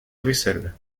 russell